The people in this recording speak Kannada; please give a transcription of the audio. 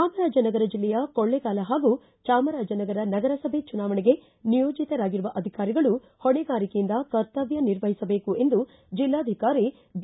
ಚಾಮರಾಜನಗರ ಜಿಲ್ಲೆಯ ಕೊಕ್ಲೇಗಾಲ ಹಾಗೂ ಚಾಮರಾಜನಗರ ನಗರಸಭೆ ಚುನಾವಣೆಗೆ ನಿಯೋಜಿತರಾಗಿರುವ ಅಧಿಕಾರಿಗಳು ಹೊಣೆಗಾರಿಕೆಯಿಂದ ಕರ್ತವ್ಯ ನಿರ್ವಹಿಸಬೇಕು ಎಂದು ಜಿಲ್ಲಾಧಿಕಾರಿ ಬಿ